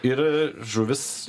ir žuvys